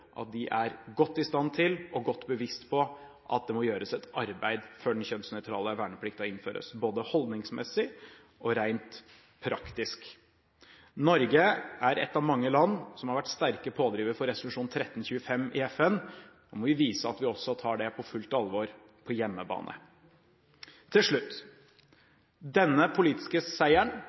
at de er godt i stand til og godt bevisst på at det må gjøres et arbeid før den kjønnsnøytrale verneplikten innføres, både holdningsmessig og rent praktisk. Norge er et av mange land som har vært en sterk pådriver for resolusjon 1325 i FN. Nå må vi vise at vi også tar det på fullt alvor på hjemmebane. Til slutt: Denne politiske seieren,